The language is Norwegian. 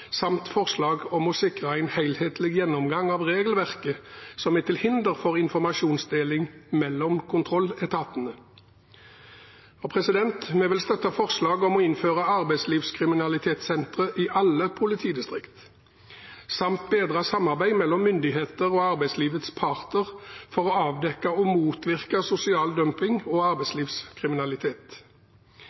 samt forslag om å sikre en helhetlig gjennomgang av regelverket som er til hinder for informasjonsdeling mellom kontrolletatene. Vi vil støtte forslag om å innføre arbeidslivskriminalitetssentre i alle politidistrikt samt bedre samarbeid mellom myndigheter og arbeidslivets parter for å avdekke og motvirke sosial dumping og arbeidslivskriminalitet.